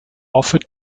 offered